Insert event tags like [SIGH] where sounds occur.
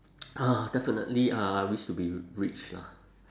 [NOISE] ah definitely uh wish to be rich lah